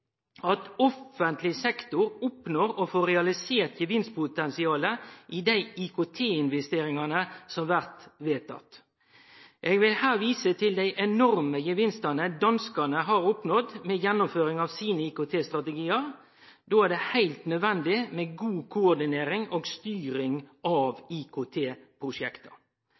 at offentleg sektor oppnår å få realisert gevinstpotensialet i dei IKT-investeringane som blir vedtatt. Eg vil her vise til dei enorme gevinstane danskane har oppnådd ved gjennomføring av sine IKT-strategiar. Då er det heilt nødvendig med god koordinering og styring av